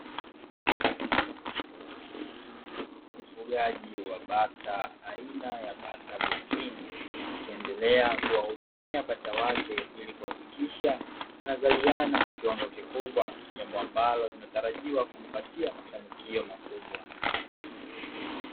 Mfugaji wa bata aina ya bata bukini akiendelea kuwahudumia bata wake ili kuhakikisha wanazaliana kwa kiwango kikubwa jambo ambalo linatarajiwa kumpatia mafanikio makubwa.